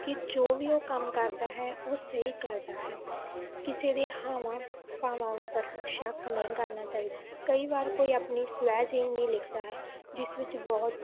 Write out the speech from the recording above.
ਕਿ ਜੋ ਵੀ ਉਹ ਕੰਮ ਕਰਦਾ ਹੈ ਉਹ ਸਹੀ ਕਰਦਾ ਹੈ ਕਿਸੇ ਦੇ ਹਾਵਾਂ ਭਾਵਾਂ ਉੱਪਰ ਸ਼ੱਕ ਨਹੀਂ ਕਰਨਾ ਚਾਹੀਦਾ ਕਈ ਵਾਰ ਕੋਈ ਆਪਣੀ ਸਵੈ ਜੀਵਣੀ ਲਿਖਦਾ ਹੈ ਜਿਸ ਵਿੱਚ ਬਹੁਤ